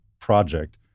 project